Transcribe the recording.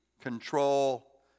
control